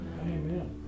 Amen